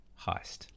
heist